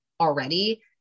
already